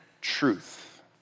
truth